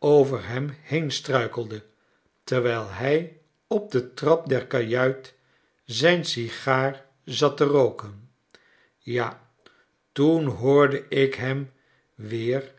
over hem heen struikelde terwijl hij op de trap der kajuit zijn sigaar zat te rooken ja toen hoorde ik hem weer